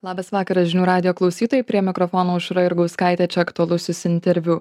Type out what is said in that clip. labas vakaras žinių radijo klausytojai prie mikrofono aušra jurgauskaitė aktualusis interviu